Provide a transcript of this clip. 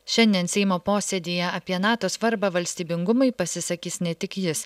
šiandien seimo posėdyje apie nato svarbą valstybingumui pasisakys ne tik jis